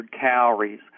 calories